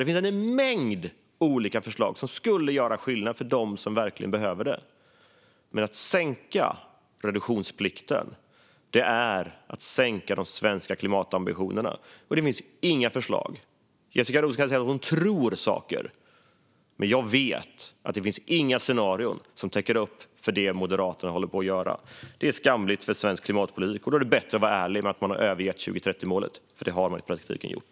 Det finns en mängd olika förslag som skulle göra skillnad för dem som verkligen behöver det. Men att sänka reduktionsplikten är att sänka de svenska klimatambitionerna. Det finns inga förslag. Jessica Rosencrantz kan säga att hon tror saker, men jag vet att det inte finns några scenarier som täcker upp för det Moderaterna håller på att göra. Det är skamligt för svensk klimatpolitik. Då är det bättre att vara ärlig med att man har övergett 2030-målet, för det har man i praktiken gjort.